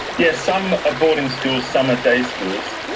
yes, some are boarding schools, some are day schools.